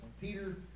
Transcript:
Peter